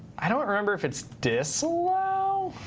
i don't remember if it's disallow?